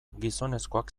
gizonezkoak